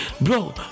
bro